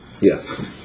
Yes